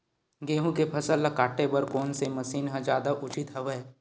गेहूं के फसल ल काटे बर कोन से मशीन ह जादा उचित हवय?